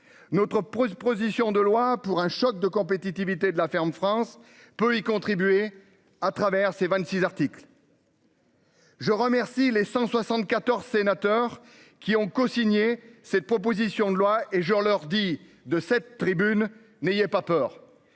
Notre prose position de loin pour un choc de compétitivité de la ferme France peut y contribuer à travers ses 26 articles. Je remercie les 174 sénateurs, qui ont cosigné cette proposition de loi et je leur dis de cette tribune, n'ayez pas peur.